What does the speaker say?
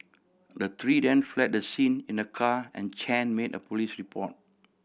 the three then fled the scene in a car and Chen made a police report